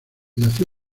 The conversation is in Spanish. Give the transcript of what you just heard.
nació